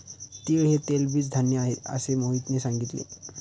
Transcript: तीळ हे तेलबीज धान्य आहे, असे मोहितने सांगितले